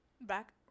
Back